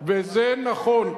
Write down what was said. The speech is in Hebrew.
וזה נכון.